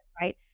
right